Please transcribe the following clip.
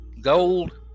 gold